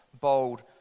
bold